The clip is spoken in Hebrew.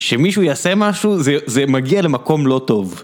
שמישהו יעשה משהו, זה, זה מגיע למקום לא טוב.